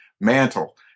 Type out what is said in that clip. mantle